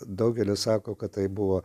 daugelis sako kad tai buvo